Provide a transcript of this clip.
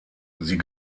sie